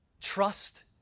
Trust